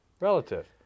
relative